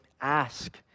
ask